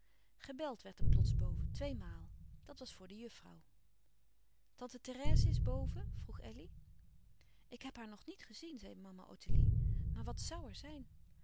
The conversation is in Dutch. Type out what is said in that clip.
gebeld werd er plots boven tweemaal dat was voor de juffrouw tante therèse is boven vroeg elly ik heb haar nog niet gezien zei mama ottilie maar wat zoû er zijn